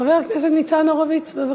חבר הכנסת ניצן הורוביץ, בבקשה.